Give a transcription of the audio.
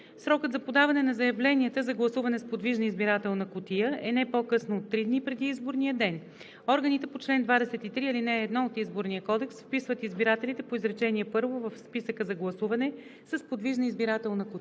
Срокът за подаване на заявленията за гласуване с подвижна избирателна кутия е не по-късно от три дни преди изборния ден. Органите по чл. 23, ал. 1 от Изборния кодекс вписват избирателите по изречение първо в списъка за гласуване с подвижна избирателна кутия